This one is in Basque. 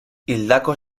hildako